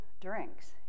drinks